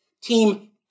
team